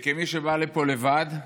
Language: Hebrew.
וכמי שבא לפה לבד,